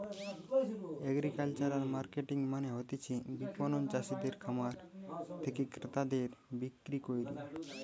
agricultural marketing মানে হতিছে বিপণন চাষিদের খামার থেকে ক্রেতাদের বিক্রি কইরা